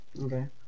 Okay